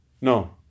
No